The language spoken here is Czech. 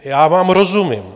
Já vám rozumím.